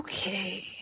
Okay